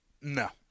No